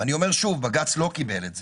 אני אומר שוב, בג"ץ לא קיבל את זה.